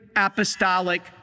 apostolic